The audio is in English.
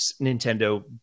Nintendo